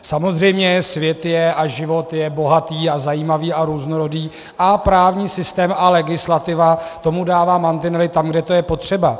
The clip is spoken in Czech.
Samozřejmě, svět je a život je bohatý a zajímavý a různorodý a právní systém a legislativa tomu dává mantinely tam, kde to je potřeba.